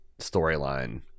storyline